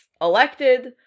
elected